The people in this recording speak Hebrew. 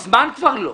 מזמן כבר לא.